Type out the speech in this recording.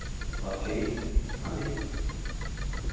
बस ठीक हां जी